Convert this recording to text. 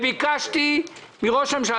ביקשתי מראש הממשלה,